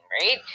right